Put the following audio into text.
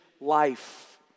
life